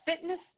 fitness